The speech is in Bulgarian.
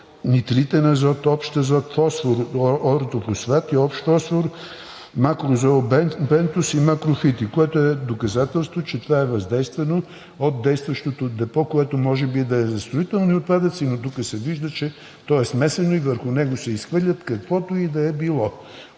нитритен азот, общ азот, ортофосфат и общ фосфор, макрозообент, бентос и макрофити, което е доказателство, че това е въздействие от действащото депо, което може би да е за строителни отпадъци, но тук се вижда, че то е смесено и върху него се изхвърля каквото и да е – по